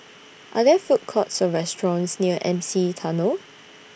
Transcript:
Are There Food Courts Or restaurants near M C E Tunnel